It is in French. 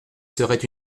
serait